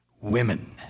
women